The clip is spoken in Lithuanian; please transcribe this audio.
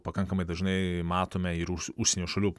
pakankamai dažnai matome ir užsienio šalių